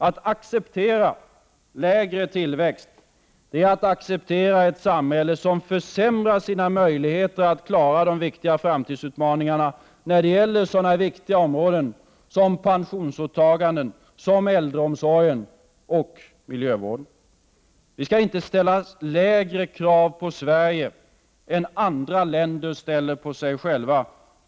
Att acceptera lägre tillväxt är att acceptera ett samhälle som försämrar sina möjligheter att klara de viktiga framtidsutmaningarna när det gäller sådana viktiga områden som pensionsåtagandena, äldreomsorgen och miljövården. Vi skall inte ställa lägre krav på Sverige än andra länder ställer på sig själva.